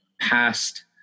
past